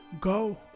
Go